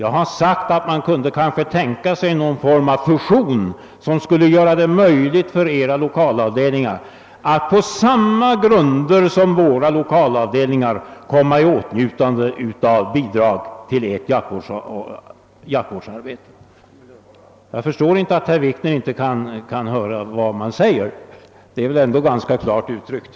Jag har sagt att man kunde tänka sig någon form av fusion som skulle göra det möjligt för era lokalavdelningar att på samma grunder som våra lokalavdelningar komma i åtnjutande av bidrag ur jaktvårdsfonden. Jag förstår inte att herr Wikner inte kan höra vad man säger — jag har ändå uttryckt mig ganska klart.